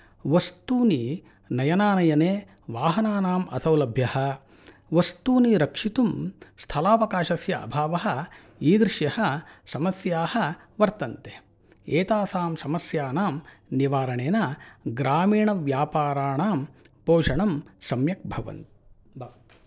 वस्तूनि नयनानयने वाहनानाम् असौलभ्यः वस्तूनि रक्षितुं स्थलावकाशस्य अभावः ईदृश्यः समस्याः वर्तन्ते एतासां समस्यानां निवारणेन ग्रामीणव्यापाराणां पोषणं सम्यक् भवति भ